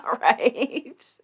right